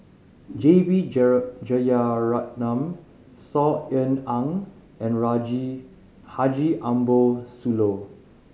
J B Jeyaretnam Saw Ean Ang and Raji Haji Ambo Sooloh